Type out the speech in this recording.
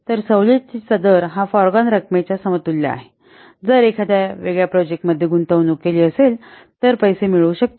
तर सवलतीच्या दर हा फॉरगॉन रकमेच्या समतुल्य आहे जर एखाद्या वेगळ्या प्रोजेक्ट मध्ये गुंतवणूक केली असेल तर पैसे मिळवू शकतील